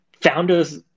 founders